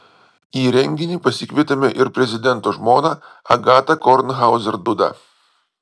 į renginį pasikvietėme ir prezidento žmoną agatą kornhauzer dudą